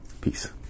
Peace